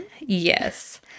Yes